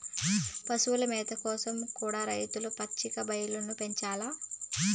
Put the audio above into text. పశుల మేత కోసరం కూడా రైతులు పచ్చిక బయల్లను పెంచాల్ల